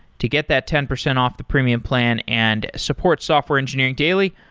to get that ten percent off the premium plan and support software engineering daily,